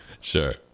Sure